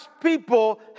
people